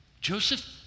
Joseph